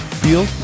feel